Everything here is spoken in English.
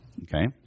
Okay